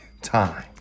time